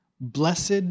Blessed